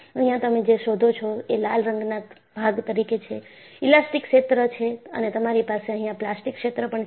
અહીંયા તમે જે શોધો છો એ લાલ રંગના ભાગ તરીકે છે ઈલાસ્ટીક ક્ષેત્ર છે અને તમારી પાસે અહીંયા પ્લાસ્ટિક ક્ષેત્ર પણ છે